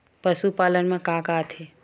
पशुपालन मा का का आथे?